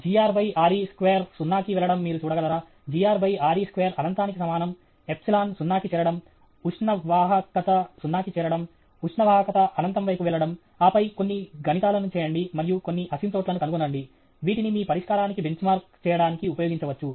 Gr Re square సున్నాకి వెళ్లడం మీరు చూడగలరా Gr Re స్క్వేర్ అనంతానికి సమానం ఎప్సిలాన్ ε సున్నాకి చేరడం ఉష్ణ వాహకత సున్నాకి చేరడం ఉష్ణ వాహకత అనంతం వైపు వెళ్లడం ఆపై కొన్ని గణితాలను చేయండి మరియు కొన్ని అసింప్టోట్లను కనుగొనండి వీటిని మీ పరిష్కారానికి బెంచ్ మార్క్ చేయడానికి ఉపయోగించవచ్చు